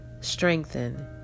strengthen